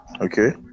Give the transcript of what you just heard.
okay